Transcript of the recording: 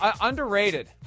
underrated